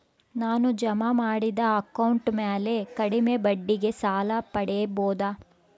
ನಾನು ಜಮಾ ಮಾಡಿದ ಅಕೌಂಟ್ ಮ್ಯಾಲೆ ಕಡಿಮೆ ಬಡ್ಡಿಗೆ ಸಾಲ ಪಡೇಬೋದಾ?